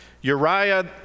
Uriah